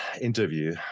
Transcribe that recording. interview